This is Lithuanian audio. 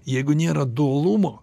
jeigu nėra dualumo